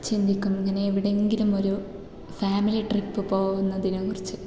ചിന്തിക്കും ഇങ്ങനെ എവിടെ എങ്കിലും ഒരു ഫാമിലി ട്രിപ്പ് പോകുന്നതിനെ കുറിച്ച്